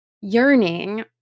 yearning